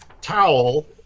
towel